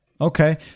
okay